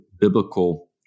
biblical